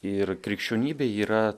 ir krikščionybė yra